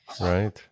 Right